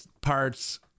parts